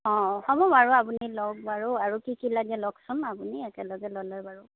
অ হ'ব বাৰু আপুনি লওক বাৰু আৰু কি কি লাগে লওকচোন আপুনি একেলগে ল'লে বাৰু